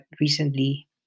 recently